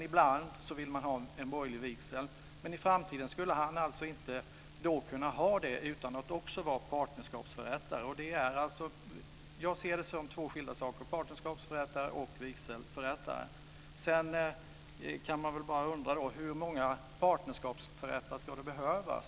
Ibland vill man ha en borgerlig vigsel, men i framtiden skulle han inte kunna förrätta sådana utan att också vara partnerskapsförrättare. Jag ser partnerskapsförrättare och vigselförrättare som två skilda saker. Sedan kan man undra hur många partnerskapsförrättare det ska behövas.